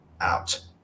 out